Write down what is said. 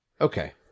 Okay